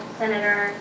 senator